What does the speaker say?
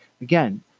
Again